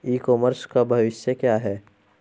ई commerce का भविष्य क्या है?